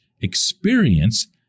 experience